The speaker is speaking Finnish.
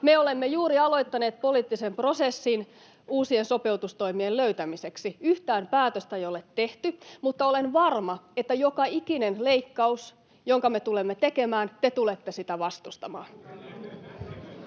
Me olemme juuri aloittaneet poliittisen prosessin uusien sopeutustoimien löytämiseksi. Yhtään päätöstä ei ole tehty, mutta olen varma, että joka ikistä leikkausta, jonka me tulemme tekemään, te tulette vastustamaan.